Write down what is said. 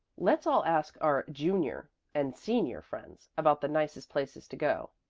let's all ask our junior and senior friends about the nicest places to go,